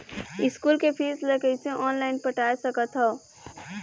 School के fees ला कैसे ऑनलाइन पटाए सकत हव?